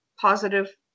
positive